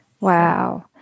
Wow